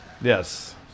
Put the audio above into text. yes